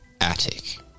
attic